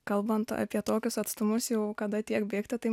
kalbant apie tokius atstumus jau kada tiek bėgti tai